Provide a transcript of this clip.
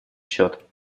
счет